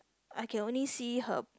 I can only see her